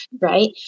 right